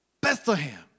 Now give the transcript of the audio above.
Bethlehem